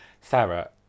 Sarah